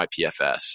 ipfs